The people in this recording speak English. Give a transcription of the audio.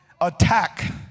attack